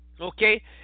okay